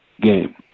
game